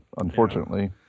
unfortunately